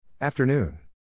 Afternoon